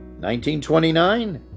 1929